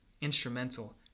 instrumental